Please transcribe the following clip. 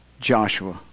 Joshua